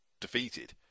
defeated